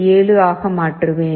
7 ஆக மாற்றுவேன்